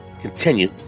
continue